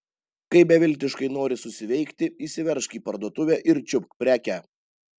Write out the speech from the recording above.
kai beviltiškai nori susiveikti įsiveržk į parduotuvę ir čiupk prekę